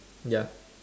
ya